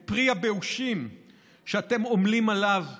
את פרי הבאושים שאתם עומלים עליו היום?